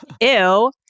ew